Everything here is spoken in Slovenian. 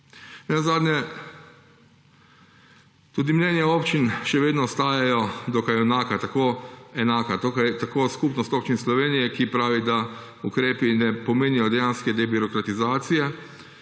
Nenazadnje tudi mnenja občin še vedno ostajajo dokaj enaka. Tako Skupnost občin Slovenije pravi, da ukrepi ne pomenijo dejanske debirokratizacije,